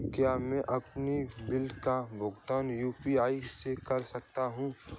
क्या मैं अपने बिल का भुगतान यू.पी.आई से कर सकता हूँ?